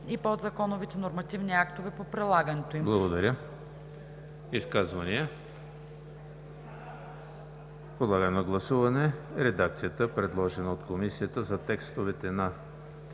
и подзаконовите нормативни актове по прилагането им.“ ПРЕДСЕДАТЕЛ ЕМИЛ ХРИСТОВ: Изказвания? Подлагам на гласуване редакцията, предложена от Комисията за текстовете на